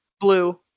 Blue